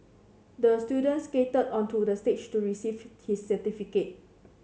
the student skated onto the stage to receive his certificate